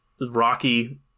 Rocky